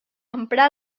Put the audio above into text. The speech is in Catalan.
emprà